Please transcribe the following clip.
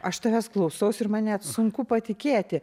aš tavęs klausausi ir man net sunku patikėti